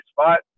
spot